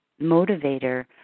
motivator